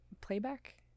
playback